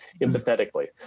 Empathetically